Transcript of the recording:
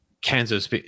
kansas